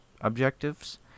objectives